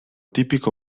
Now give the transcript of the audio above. tipico